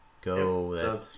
Go